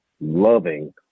loving